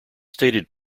stated